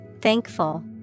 thankful